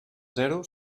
zero